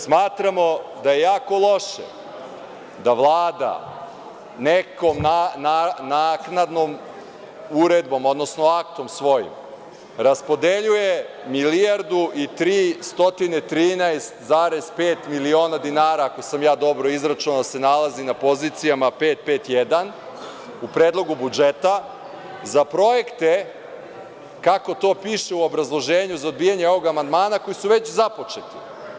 Smatramo da je jako loše da Vlada nekom naknadnom uredbom, odnosno aktom svojim raspodeljuje milijardu i 313,5 miliona dinara, ako sam ja dobro izračunao, se nalazi na pozicijama 551 u Predlogu budžeta za projekte, kako to piše u obrazloženju za odbijanje ovog amandmana, koji su već započeti.